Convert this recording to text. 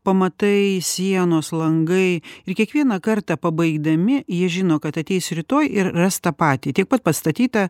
pamatai sienos langai ir kiekvieną kartą pabaigdami jie žino kad ateis rytoj ir ras tą patį tiek pat pastatyta